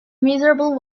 miserable